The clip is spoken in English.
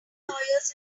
lawyers